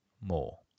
more